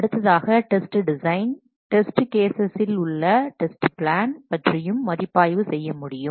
அடுத்ததாக test design test cases இல் உள்ள டெஸ்ட் பிளான் பற்றியும் மதிப்பாய்வு செய்ய முடியும்